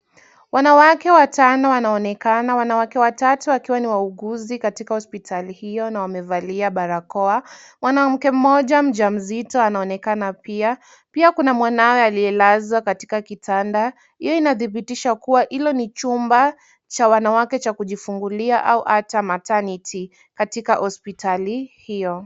Wanawake watano wanaonekana wanawake watatu wakiwa ni wauguzi katika hospitali hiyo na wamevalia barakoa. Mwanamke mmoja mjamzito anaonekana pia, pia kuna mwanawe aliyelazwa katika kitanda. Hiyo inadhibitisha kuwa hilo ni chumba cha wanwake cha kujifungulia au ata maternity katika hospitali hiyo.